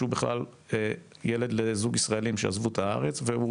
שהוא בכלל ילד לזוג ישראלים שעזבו את הארץ והוא